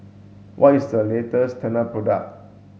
what is the latest Tena product